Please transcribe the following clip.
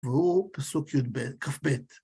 והוא פסוק י״ב, כ״ב